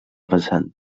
vessant